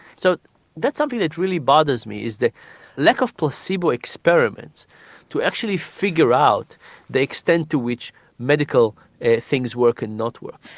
so that's something that really bothers me, is the lack of placebo experiments to actually figure out the extent to which medical things work and not work.